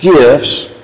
gifts